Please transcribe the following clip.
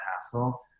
hassle